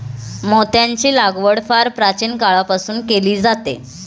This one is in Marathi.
मोत्यांची लागवड फार प्राचीन काळापासून केली जाते